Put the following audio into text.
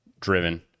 driven